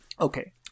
Okay